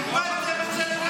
איבדתם את זה.